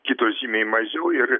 kitos žymiai mažiau ir